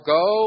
go